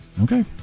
Okay